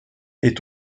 est